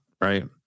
Right